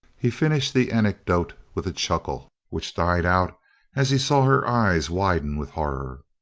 he finished the anecdote with a chuckle which died out as he saw her eyes widen with horror.